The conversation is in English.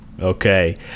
okay